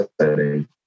setting